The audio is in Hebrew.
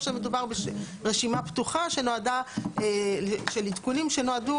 או שמדובר ברשימה פתוחה של עדכונים שנועדו